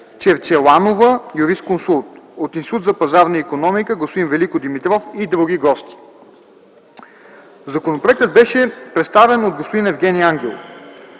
Черчеланова – юрисконсулт; от Института за пазарна икономика – господин Велико Димитров, и други гости. Законопроектът беше представен от господин Евгени Ангелов.